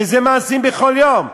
וזה מעשים בכל יום.